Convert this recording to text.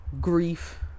grief